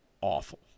awful